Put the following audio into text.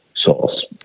source